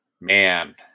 Man